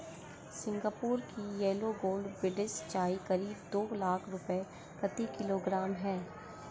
Singapore की yellow gold buds चाय करीब दो लाख रुपए प्रति किलोग्राम है